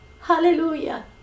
Hallelujah